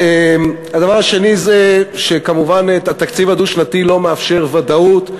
הדבר השני זה שכמובן התקציב הדו-שנתי לא מאפשר ודאות,